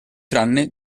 tranne